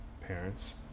parents